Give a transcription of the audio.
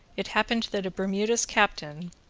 it happened that a bermudas captain,